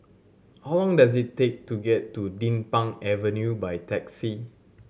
how long does it take to get to Din Pang Avenue by taxi